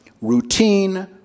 routine